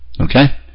Okay